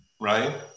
right